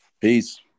Peace